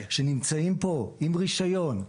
על עשרות, שנמצאים פה עם רישיון.